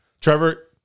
Trevor